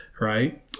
Right